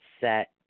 set